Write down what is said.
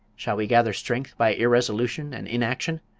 shall we gather strength by irresolution and inaction?